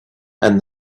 and